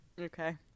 okay